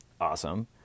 Awesome